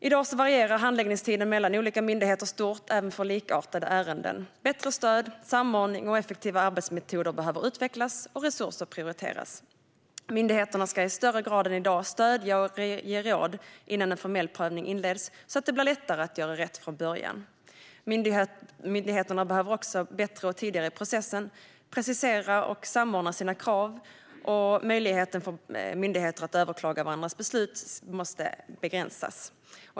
I dag varierar handläggningstiden mellan olika myndigheter stort även för likartade ärenden. Bättre stöd, samordning och effektiva arbetsmetoder behöver utvecklas och resurser prioriteras. Myndigheterna ska i större grad än i dag stödja och ge råd innan en formell prövning inleds så att det blir lättare att göra rätt från början. Myndigheterna bör också bättre och tidigare i processen precisera och samordna sina krav, och möjligheten för myndigheter att överklaga varandras beslut måste begränsas.